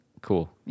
Cool